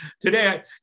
today